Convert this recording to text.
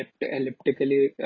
elliptically